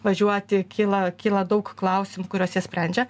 važiuoti kyla kyla daug klausimų kuriuos jie sprendžia